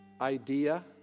idea